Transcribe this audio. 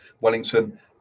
Wellington